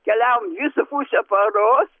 keliavom dvi su puse paros